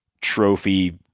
trophy